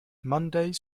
mondays